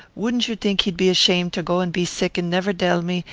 wouldn't you think he'd be ashamed to go and be sick and never dell me,